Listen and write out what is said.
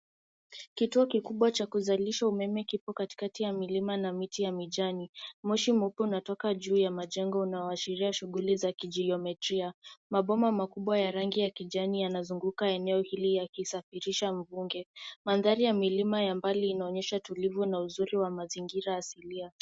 Kituo kikubwa cha kuzalisha umeme kiko katikati ya milima na miti ya mijani. Moshi mweupe unatoka juu ya majengo unaoashiria shughuli za geometry .Mabomba makubwa ya rangi ya kijani yanazunguka eneo hili yakisafirisha mvuke. Mandhari ya milima ya mbali inaonyesha utulivu na uzuri wa mazingira asilia.